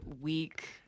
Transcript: week